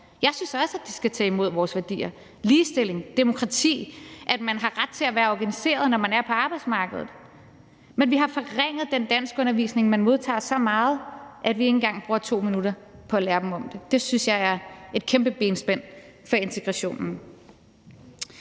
Jeg synes også, de skal tage imod vores værdier – ligestilling, demokrati, og at man har ret til at være organiseret, når man er på arbejdsmarkedet – men vi har forringet den danskundervisning, man modtager, så meget, at vi ikke engang bruger 2 minutter på at lære dem om dem. Det synes jeg er et kæmpe benspænd for integrationen.